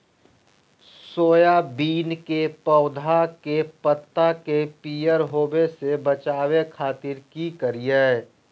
Soybean के पौधा के पत्ता के पियर होबे से बचावे खातिर की करिअई?